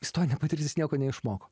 istorinė patirtis nieko neišmoko